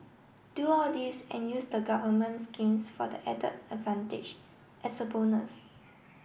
do all this and use the government schemes for the added advantage as a bonus